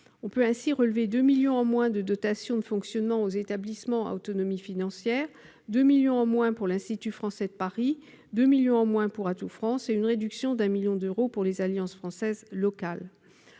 On peut ainsi relever 2 millions d'euros en moins de dotation de fonctionnement aux établissements à autonomie financière, 2 millions d'euros en moins pour l'Institut français de Paris, 2 millions d'euros en moins pour Atout France et une réduction de 1 million d'euros pour les alliances françaises locales.